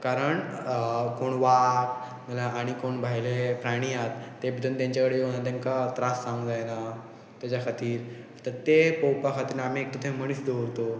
कारण कोण वाग नाल्या आनी कोण भायले प्राणी आसात ते भितन तेंचे कडेन येव तेंकां त्रास जावंक जायना तेज्या खातीर तें पोवपा खातीर आमी एकटो थंय मनीस दवरतो